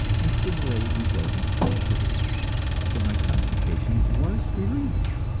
and stimulated these organs to activity so my constipation was relieved,